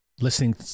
listening